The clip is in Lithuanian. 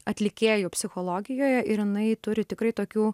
atlikėjų psichologijoje ir jinai turi tikrai tokių